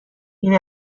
این